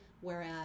whereas